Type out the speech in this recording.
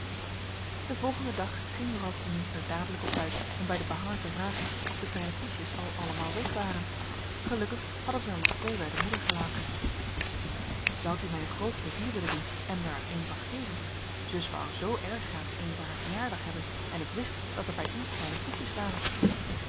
den volgenden dag ging mevrouw coenen er dadelijk op uit om bij den behanger te vragen of de kleine poesjes al allemaal weg waren gelukkig hadden ze er nog twee bij de moeder gelaten zoudt u mij een groot plezier willen doen en me er een van geven zus wou er zoo erg graag een voor haar verjaardag hebben en ik wist dat er bij u kleine poesjes waren